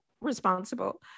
responsible